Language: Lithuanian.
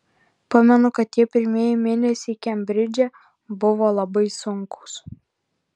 pamenu kad tie pirmieji mėnesiai kembridže buvo labai sunkūs